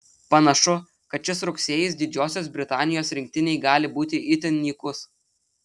panašu kad šis rugsėjis didžiosios britanijos rinktinei gali būti itin nykus